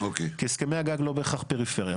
כי הסכמי הגג לא בהכרח פריפריה.